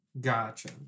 Gotcha